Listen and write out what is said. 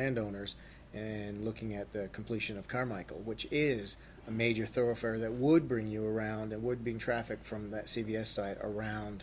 landowners and looking at the completion of carmichael which is a major thoroughfare that would bring you around it would be in traffic from that c v s site around